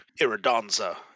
Iridanza